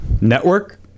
network